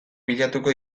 bilatuko